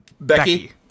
Becky